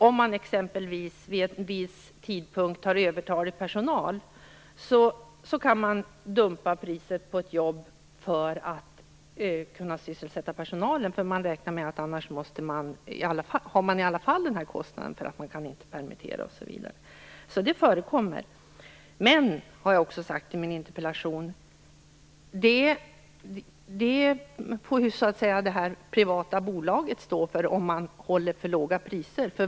Om man vid en viss tidpunkt t.ex. har övertalig personal kan man dumpa priset för ett jobb för att kunna sysselsätta personalen, eftersom man ju i alla fall har dessa kostnader. Så det förekommer. Men jag sade också i min interpellation att det är det privata bolaget som får ta ansvaret om man håller för låga priser.